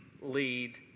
lead